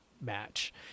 match